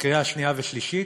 לקריאה שנייה ושלישית,